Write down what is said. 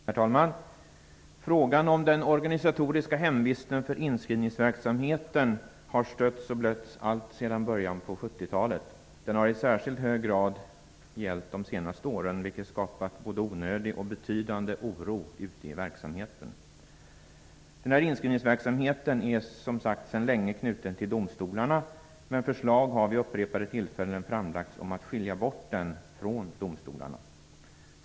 Herr talman! Frågan om den organisatoriska hemvisten för inskrivningsverksamheten har stötts och blötts alltsedan början av 70-talet. Den har i särskilt hög grad gällt de senaste åren, vilket har skapat både en onödig och en betydande oro ute i verksamheten. Inskrivningsverksamheten är, som sagt, sedan länge knuten till domstolarna. Men förslag har vid upprepade tillfällen framlagts om att skilja bort inskrivningsverksamheten från domstolarna.